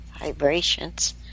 vibrations